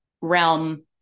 realm